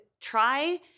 try